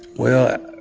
well,